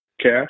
cash